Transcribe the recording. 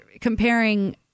comparing